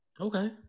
Okay